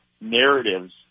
narratives